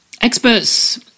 Experts